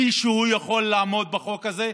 מישהו יכול לעמוד בחוק הזה?